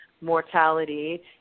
mortality